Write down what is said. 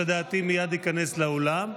שלדעתי מייד ייכנס לאולם,